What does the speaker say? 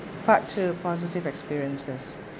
part two positive experiences